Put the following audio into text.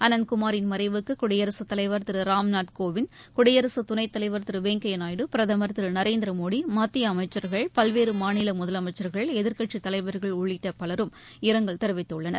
அனந்தகுமாரின் மறைவுக்குடியரசுத் தலைவர் திருராம்நாத் கோவிந்த் குடியரசுதுணத்தலைவர் திருவெங்கையாநாயுடு பிரதம் ் திருநரேந்திரமோடி மத்தியஅமைச்சர்கள் பல்வேறுமாநிலமுதலமைச்சர்கள் எதிர்க்கட்சித் தலைவர்கள் உள்ளிட்டபலரும் இரங்கல் தெரிவித்துள்ளனர்